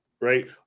right